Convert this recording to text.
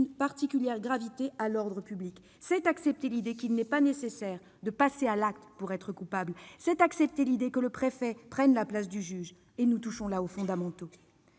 d'une particulière gravité pour l'ordre public ». C'est accepter l'idée qu'il n'est pas nécessaire de passer à l'acte pour être coupable. C'est accepter l'idée que le préfet prenne la place du juge- et nous touchons là aux fondamentaux